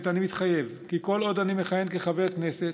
אני מתחייב כי כל עוד אני מכהן כחבר כנסת,